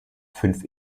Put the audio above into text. fünf